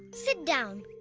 sit down.